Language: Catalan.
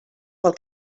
pel